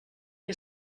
que